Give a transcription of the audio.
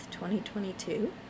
2022